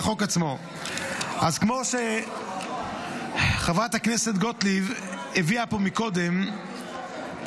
אז כמו שחברת הכנסת גוטליב הביאה פה קודם,